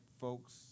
folks